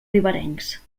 riberencs